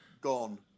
gone